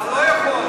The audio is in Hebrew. אתה לא יכול.